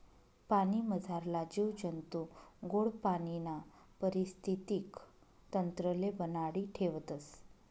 पाणीमझारला जीव जंतू गोड पाणीना परिस्थितीक तंत्रले बनाडी ठेवतस